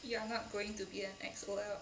you are not going to be an E_X_O